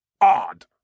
odd